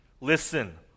Listen